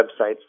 websites